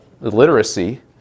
literacy